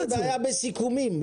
המנכ"ל יש לו בעיה בסיכומים.